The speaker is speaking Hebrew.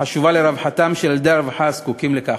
החשובה לרווחתם של ילדי הרווחה הזקוקים לכך.